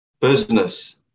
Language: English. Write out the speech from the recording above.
business